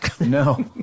No